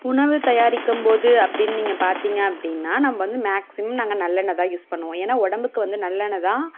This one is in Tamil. உணவு தயாரிக்கும்போது அப்படின்னு நீங்கள் பார்த்திங்க அப்படின்னா நம்ப வந்து மேக்ஸிமம் நாங்கள் நல்லெண்ணெய் தான் யூஸ் பண்ணுவோம் ஏன்னா உடம்புக்கு வந்து நல்லெண்ணெய் தான்